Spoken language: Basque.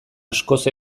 askoz